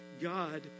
God